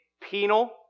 penal